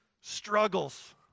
struggles